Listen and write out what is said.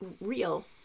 real